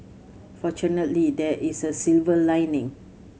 fortunately there is a silver lining